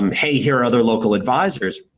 um hey, here are other local advisors.